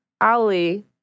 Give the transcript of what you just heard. Ali